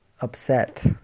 upset